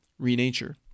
Renature